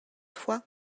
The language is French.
fois